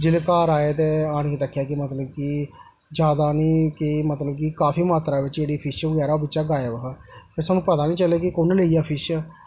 जिसलै घर आए ते आनियै तक्केआ कि मतलब कि जादा निं के मतलब कि काफी मात्तरा च जेह्ड़ियां फिश बगैरा बिच्चा गायब ही ते सानूं पता निं चलेआ कि कु'न लेई गेआ फिश